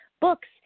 books